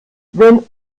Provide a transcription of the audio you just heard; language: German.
wenn